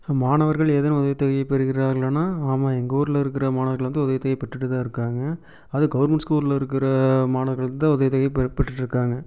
மாணவர்கள் எதன் உதவி தொகையை பெறுகிறார்கள்னால் ஆமாம் எங்கள் ஊரில் இருக்கிற மாணவர்கள் வந்து உதவித்தொகை பெற்றுகிட்டுதான் இருக்காங்க அதுவும் கவுர்மெண்ட் ஸ்கூலில் இருக்கிற மாணவர்கள்தான் உதவித்தொகை பெ பெற்றுகிட்டுருக்காங்க